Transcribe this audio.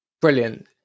Brilliant